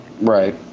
Right